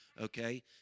okay